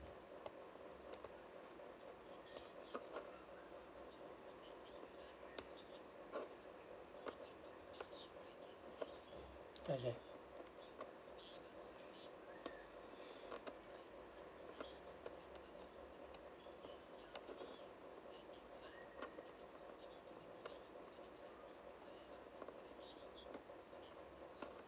okay okay